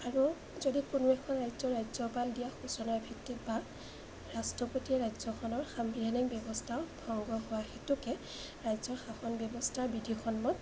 আৰু যদি কোনো এখন ৰাজ্যৰ ৰাজ্যপাল দিয়া সূচনাৰ ভিত্তিক বা ৰাষ্ট্ৰপতিয়ে ৰাজ্যখনৰ সাংবিধানিক ব্যৱস্থাও ভংগ হোৱা হেতুকে ৰাজ্যৰ শাসন ব্যৱস্থাৰ বিধিসন্মত